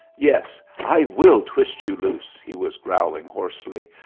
yes, i will twist you loose, he was growling hoarsely,